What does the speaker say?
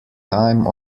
time